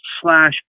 slash